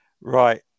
Right